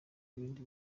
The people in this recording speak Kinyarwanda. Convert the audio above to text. ibindi